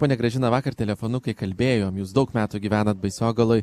ponia gražina vakar telefonu kai kalbėjom jūs daug metų gyvenat baisogaloj